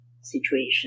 situation